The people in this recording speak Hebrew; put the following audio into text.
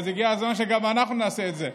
אז הגיע הזמן שגם אנחנו נעשה את זה.